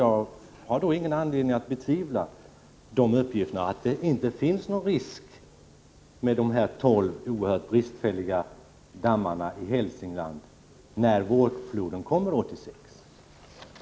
Jag har då ingen anledning att betvivla att det inte finns någon risk för olyckor vid de tolv oerhört bristfälliga dammarna i Hälsingland när vårfloden kommer 1986.